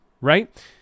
Right